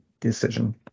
decision